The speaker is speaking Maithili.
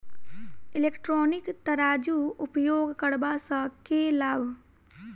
इलेक्ट्रॉनिक तराजू उपयोग करबा सऽ केँ लाभ?